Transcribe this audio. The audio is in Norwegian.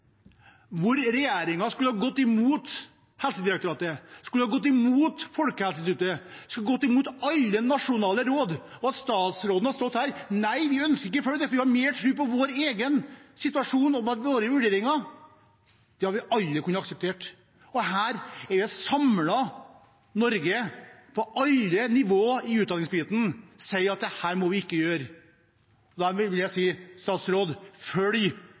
skulle ha gått imot Helsedirektoratet, Folkehelseinstituttet og alle nasjonale råd, og at statsråden hadde stått her og sagt: Nei, vi ønsker ikke dette, for vi har mer tro på våre egne vurderinger! Det hadde vi aldri kunnet akseptere. Og her sier et samlet Norge, på alle nivåer i utdanningsbiten, at dette må vi ikke gjøre. Da vil jeg si